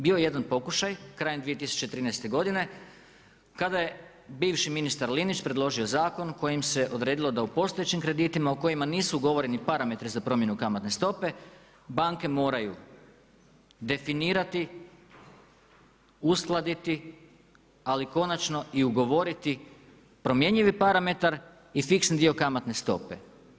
Bio je jedan pokušaj krajem 2013. godine kada je bivši ministar Linić predložio zakon kojim se odredilo da u postojećim kreditima u kojima nisu ugovoreni parametri za promjenu kamatne stope, banke moraju definirati, uskladiti ali konačno ugovoriti promjenjivi parametar i fiksni dio kamatne stope.